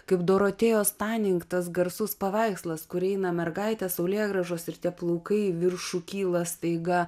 kaip dorotėjos tanink tas garsus paveikslas kur eina mergaitės saulėgrąžos ir tie plaukai viršų kyla staiga